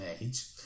age